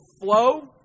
flow